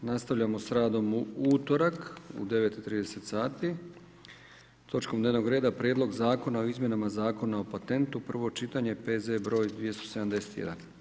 Nastavljamo s radom u utorak u 9,30 sati točkom dnevnog reda – Prijedlog zakona o izmjenama Zakona o patentu, prvo čitanje P.Z. br. 271.